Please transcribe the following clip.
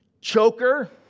choker